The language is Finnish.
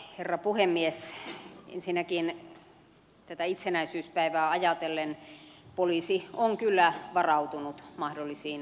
ensinnäkin tätä itsenäisyyspäivää ajatellen poliisi on kyllä varautunut mahdollisiin häiriöihin